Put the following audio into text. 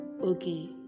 okay